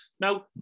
Now